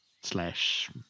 slash